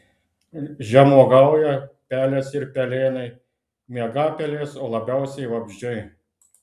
žemuogiauja pelės ir pelėnai miegapelės o labiausiai vabzdžiai